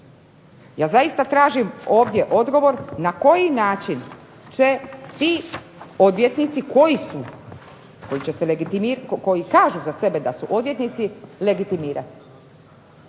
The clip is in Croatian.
Ja zaista tražim ovdje odgovor na koji način će ti odvjetnici koji su, koji će se legitimirati,